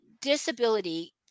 disability